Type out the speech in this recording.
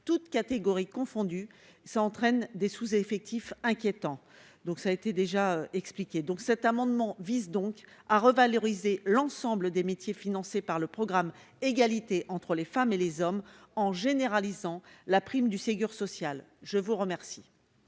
toutes catégories confondues, ça entraîne des sous-effectifs inquiétant donc ça été déjà expliqué donc cet amendement vise donc à revaloriser l'ensemble des métiers, financé par le programme égalité entre les femmes et les hommes en généralisant la prime du Ségur social je vous remercie.